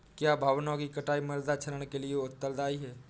क्या वनों की कटाई मृदा क्षरण के लिए उत्तरदायी है?